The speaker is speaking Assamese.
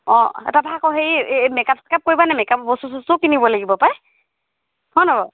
অঁ তাৰপৰা আকৌ হেৰি এই মেকআপ চেকআপ কৰিবানে মেকআপৰ বস্তু চস্তুও কিনিব লাগিব পাই হয়নে বাৰু